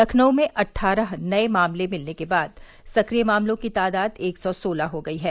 लखनऊ में अट्ठारह नए मामले मिलने के बाद सक्रिय मामलों की तादाद एक सौ सोलह हो गयी है